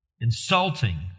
insulting